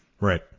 Right